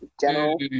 general